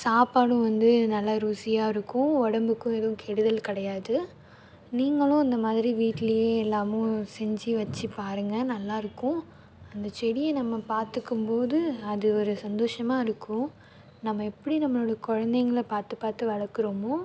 சாப்பாடும் வந்து நல்ல ருசியாயிருக்கும் உடம்புக்கும் எதுவும் கெடுதல் கிடையாது நீங்களும் இந்த மாதிரி வீட்டிலே எல்லாமும் செஞ்சு வச்சு பாருங்க நல்லாயிருக்கும் அந்த செடியை நம்ம பார்த்துக்கும்போது அது ஒரு சந்தோஷமாக இருக்கும் நம்ம எப்படி நம்மளோட குழந்தைங்கள பார்த்து பார்த்து வளர்க்குறமோ